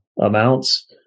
amounts